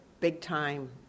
big-time